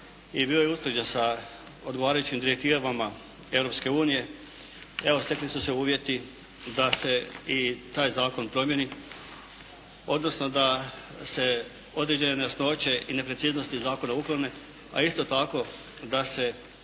i bio je usklađen sa odgovarajućim direktivama Europske unije. Evo, stekli su se uvjeti da se i taj zakon promijeni, odnosno da se određene nejasnoće i nepreciznosti zakona uklone, a isto tako da se